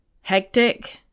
hectic